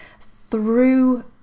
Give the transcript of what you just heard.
through-